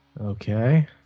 Okay